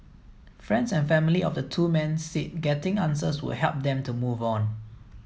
friends and family of the two men said getting answers would help them to move on